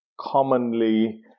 commonly